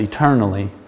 eternally